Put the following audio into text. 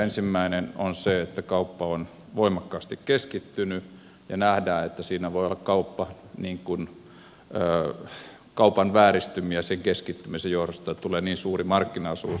ensimmäinen on se että kauppa on voimakkaasti keskittynyt ja nähdään että voi olla kaupan vääristymiä sen keskittymisen johdosta että tulee niin suuri markkinaosuus